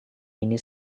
ini